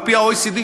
על-פי דוח ה-OECD,